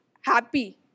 happy